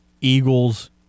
Eagles